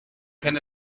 can